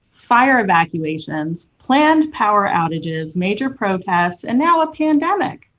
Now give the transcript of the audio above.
fire evacuations, planned power outages, major protests and now a pandemic,